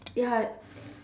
ya